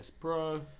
Pro